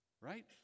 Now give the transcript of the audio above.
right